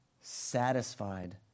satisfied